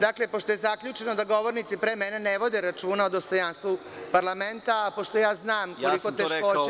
Dakle, pošto je zaključeno da govornici pre mene ne vode računa o dostojanstvu parlamenta, pošto ja znam sa koliko teškoće